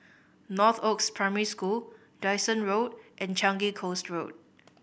Northoaks Primary School Dyson Road and Changi Coast Road